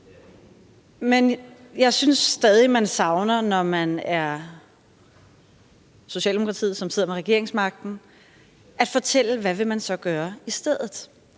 Men jeg synes stadig, man mangler, når man er Socialdemokratiet, som sidder med regeringsmagten, at fortælle, hvad man så vil gøre i stedet.